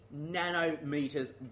nanometers